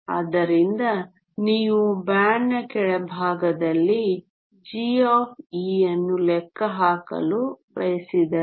ಆದ್ದರಿಂದ ನೀವು ಬ್ಯಾಂಡ್ನ ಕೆಳಭಾಗದಲ್ಲಿ g ಅನ್ನು ಲೆಕ್ಕ ಹಾಕಲು ಬಯಸಿದರೆ